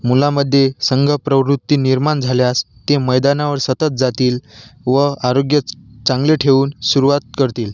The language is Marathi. मुलामध्ये संघ प्रवृत्ती निर्माण झाल्यास ते मैदानावर सतत जातील व आरोग्य चांगले ठेऊन सुरुवात करतील